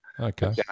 Okay